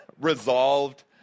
resolved